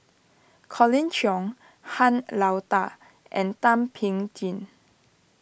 Colin Cheong Han Lao Da and Thum Ping Tjin